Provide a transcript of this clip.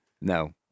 no